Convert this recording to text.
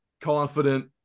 confident